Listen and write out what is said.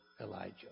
Elijah